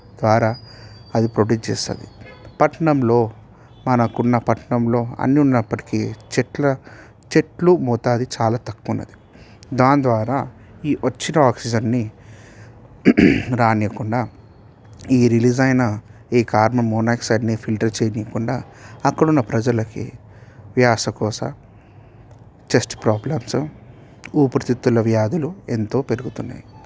ద్వారా అది ప్రొడ్యూస్ చేస్తుంది పట్టణంలో మనకున్న పట్టణంలో అన్ని ఉన్నప్పటికీ చెట్ల చెట్లు మోతాదు చాలా తక్కువ ఉన్నది దానిద్వారా ఈ వచ్చిన ఆక్సిజన్ని రానివ్వకుండా ఈ రిలీజ్ అయినా ఈ కార్బన్ మోనాక్సైడ్ని ఫిల్టర్ చేయనికుండా అక్కడున్న ప్రజలకి వ్యాస కోస చెస్ట్ ప్రాబ్లమ్స్ ఊపిరితిత్తుల వ్యాధులు ఎంతో పెరుగుతున్నాయి